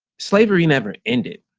slavery never ended.